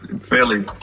Fairly